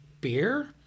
beer